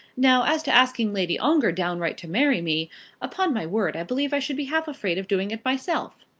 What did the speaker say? now, as to asking lady ongar downright to marry me upon my word i believe i should be half afraid of doing it myself.